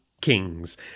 kings